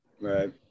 Right